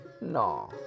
No